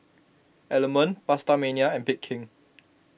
Element PastaMania and Bake King